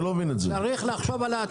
צריך לחשוב על העתיד.